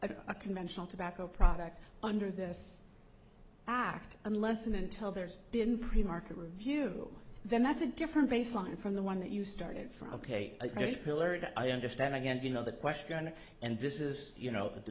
or a conventional tobacco product under this act unless and until there's been pre market review then that's a different baseline from the one that you started from ok i understand again you know the question and this is you know that the